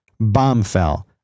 Bombfell